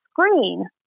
screen